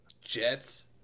Jets